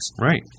Right